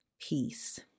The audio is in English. peace